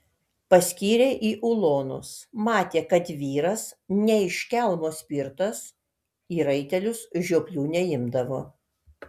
paskyrė į ulonus matė kad vyras ne iš kelmo spirtas į raitelius žioplių neimdavo